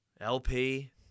LP